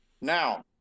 now